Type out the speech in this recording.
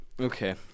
okay